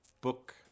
book